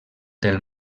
del